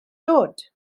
dod